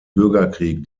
bürgerkrieg